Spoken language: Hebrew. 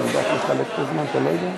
רבותי, אני רוצה, יאללה.